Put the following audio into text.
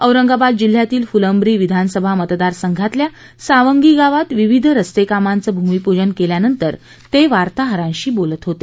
औरंगाबद जिल्ह्यातील फुलंब्री विधानसभा मतदारसंघातल्या सावंगी गावात विविध रस्ते कामांच भूमिपूजन केल्यानंतर ते वार्ताहरांशी बोलत होते